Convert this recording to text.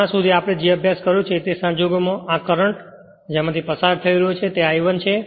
હમણાં સુધી આપણે જે પણ અભ્યાસ કર્યો છે તે સંજોગોમાં આ કરંટ જેમાં થી પસાર થઈ રહ્યો છે તે I1 છે